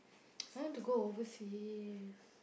I want to go overseas